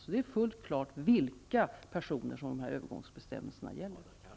Det är således fullt klart vilka personer de här övergångsbestämmelserna gäller.